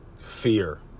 Fear